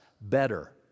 better